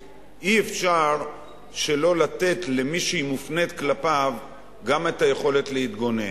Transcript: שאי-אפשר שלא לתת למי שהיא מופנית כלפיו גם את היכולת להתגונן.